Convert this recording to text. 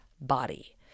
body